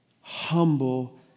Humble